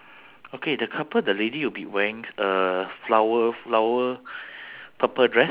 then the gentleman will be wearing a light light blue or purp~ light purple